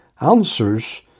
answers